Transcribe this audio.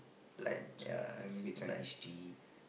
good tea then maybe Chinese tea